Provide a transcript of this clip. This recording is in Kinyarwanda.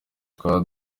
twaba